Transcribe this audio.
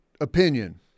opinion